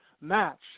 match